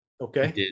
Okay